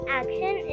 action